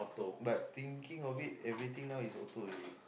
but thinking of it everything now is auto already